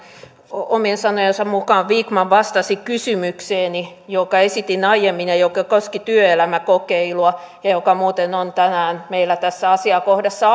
omien sanojensa mukaan vikman vastasi kysymykseeni jonka esitin aiemmin ja joka koski työelämäkokeilua ja joka muuten on tänään meillä tässä asiakohdassa